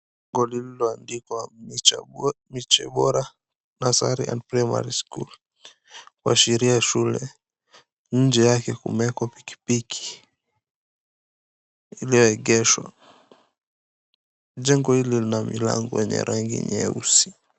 Jengo lil𝑖𝑙𝑜𝑎𝑛𝑑ikwa M𝑖che Bora Nursery and Primary School , kuashiria shule. Nje yake kumewekwa pikipiki ili𝑦𝑜egeshwa. Jengo hili lina milango yenye rangi nyeusi.